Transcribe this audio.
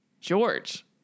George